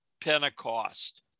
Pentecost